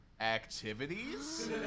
activities